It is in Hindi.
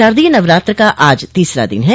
शारदीय नवरात्र का आज तीसरा दिन है